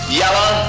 yellow